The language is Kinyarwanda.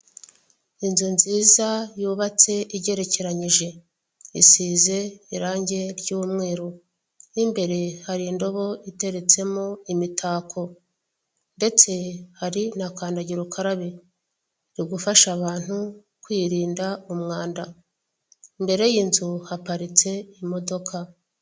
Inzu nziza yubatse igerekeranyije isize irangi ry'umweru .Ni imbere hari indobo iteretsemo imitako ndetse hari na kandagira ukaraberi gufasha abantu kwirinda umwanda imbere y'inzu haparitse imodoka.